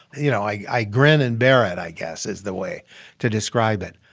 you know, i grin and bear it, i guess is the way to describe it.